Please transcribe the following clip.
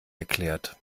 erklärt